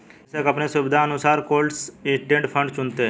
निवेशक अपने सुविधानुसार क्लोस्ड इंडेड फंड चुनते है